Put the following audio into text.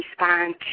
respond